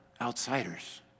outsiders